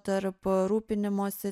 tarp rūpinimosi